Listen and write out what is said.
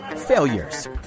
failures